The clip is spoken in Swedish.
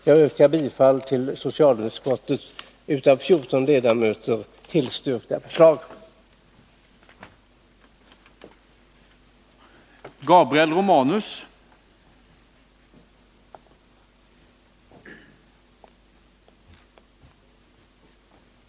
Jag yrkar bifall till de av 14 av utskottets ledamöter tillstyrkta förslagen i socialutskottets betänkande 22.